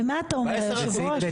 ומה אתה אומר, היושב ראש?